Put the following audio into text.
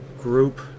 group